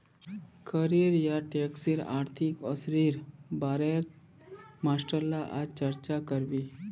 कर या टैक्सेर आर्थिक असरेर बारेत मास्टर ला आज चर्चा करबे